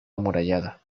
amurallada